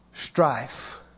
strife